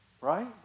right